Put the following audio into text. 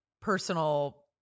personal